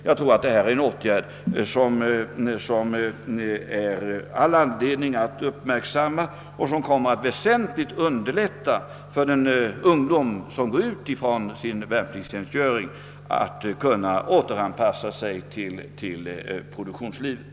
Jag tror att denna sänkning från 21 till 20 år är en åtgärd som bör uppmärksammas. Den kommer att väsentligt underlätta för den ungdom, som går ut från sin värnpliktstjänstgöring, att återanpassa sig till produktionslivet.